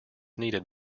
needed